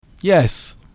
Yes